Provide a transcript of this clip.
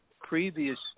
previous